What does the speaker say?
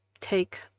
take